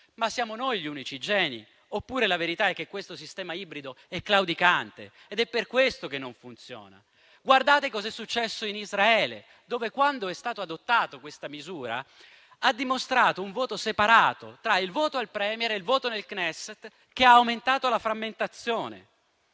siamo noi gli unici geni oppure la verità è che questo sistema ibrido è claudicante ed è per questo che non funziona? Guardate cosa è successo in Israele dove, quando è stata adottata questa misura, ha dimostrato un voto separato tra il voto al *Premier* e il voto nel Knesset, che ha aumentato la frammentazione.